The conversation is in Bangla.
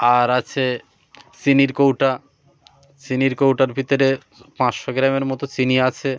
আর আছে চিনির কৌটা চিনির কৌটার ভিতরে পাঁচশো গ্রামের মতো চিনি আছে